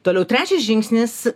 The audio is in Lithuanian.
toliau trečias žingsnis